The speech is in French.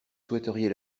souhaiteriez